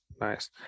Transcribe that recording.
Nice